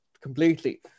completely